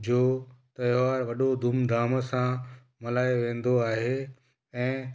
जो त्योहार वॾो धूमधाम सां मल्हायो वेंदो आहे ऐं